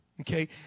Okay